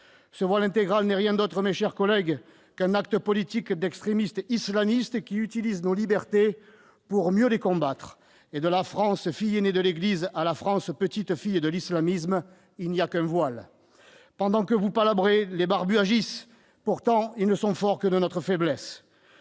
Ce voile intégral n'est rien d'autre, mes chers collègues, qu'un acte politique posé par des extrémistes islamistes, qui utilisent nos libertés pour mieux les combattre. De la France fille aînée de l'Église à la France petite-fille de l'islamisme, il n'y a qu'un voile ! Pendant que vous palabrez, les barbus agissent. Pourtant, ils ne sont forts que de notre faiblesse.